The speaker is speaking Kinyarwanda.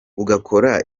ugakora